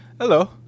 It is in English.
hello